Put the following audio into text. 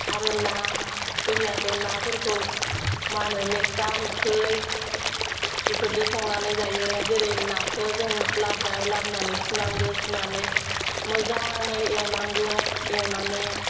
आरो ना जोंनियाथ' नाफोरखौ मा होनो मेस्था मोखै बिफोरदो संनानै जायो जेरै नाखौ जों लाबबाय लाबोनानै सुनांगो सुनानै मोजाङै एवनांगौ एवनानै